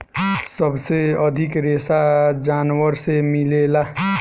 सबसे अधिक रेशा जानवर से मिलेला